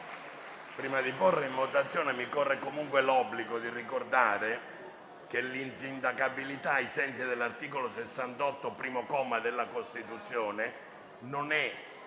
Prima di porre in votazione mi corre l'obbligo di ricordare che l'insindacabilità, ai sensi dell'articolo 68, comma 1, della Costituzione, non è